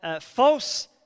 false